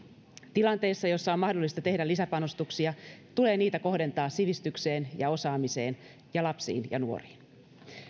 tilanteessa jossa on mahdollista tehdä lisäpanostuksia tulee niitä kohdentaa sivistykseen ja osaamiseen sekä lapsiin ja nuoriin